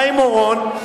חיים אורון,